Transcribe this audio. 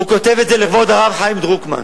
הוא כותב את זה לכבוד הרב חיים דרוקמן.